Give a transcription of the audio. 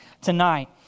tonight